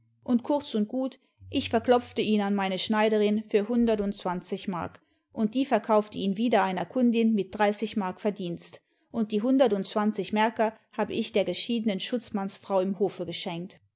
und kurz und gut ich verklopfte ihn an meine schneiderin für hundertundzwanzig mark und die verkaufte ihn wieder einer kundin mit dreißig mark verdienst und die hundertundzwanzig märker hab ich der geschiedenen schutzmannsfrau im hofe geschenkt